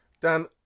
Dan